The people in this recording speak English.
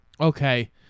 okay